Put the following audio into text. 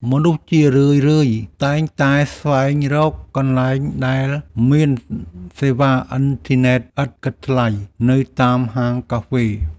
មនុស្សជារឿយៗតែងតែស្វែងរកកន្លែងដែលមានសេវាអ៊ីនធឺណិតឥតគិតថ្លៃ នៅតាមហាងកាហ្វេ។